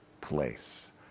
place